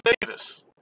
Davis